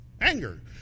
Anger